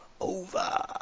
over